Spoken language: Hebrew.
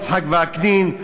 יצחק וקנין,